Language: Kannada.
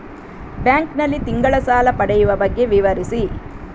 ಬ್ಯಾಂಕ್ ನಲ್ಲಿ ತಿಂಗಳ ಸಾಲ ಪಡೆಯುವ ಬಗ್ಗೆ ವಿವರಿಸಿ?